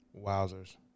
Wowzers